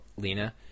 lena